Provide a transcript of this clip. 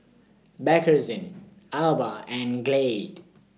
Bakerzin Alba and Glade